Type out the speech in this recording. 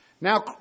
Now